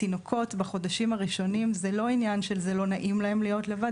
תינוקות בחודשים הראשונים וזה לא עניין של- לא נעים להם להיות לבד,